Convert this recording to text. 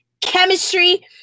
chemistry